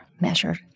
measured